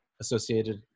associated